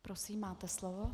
Prosím, máte slovo.